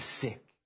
sick